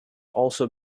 also